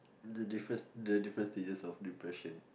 the difference the different stages of depression